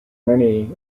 many